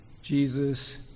Jesus